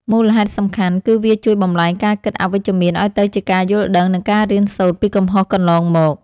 មូលហេតុសំខាន់គឺវាជួយបំប្លែងការគិតអវិជ្ជមានឱ្យទៅជាការយល់ដឹង និងការរៀនសូត្រពីកំហុសកន្លងមក។